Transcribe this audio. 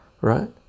right